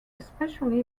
especially